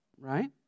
right